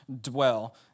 dwell